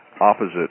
opposite